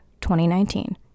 2019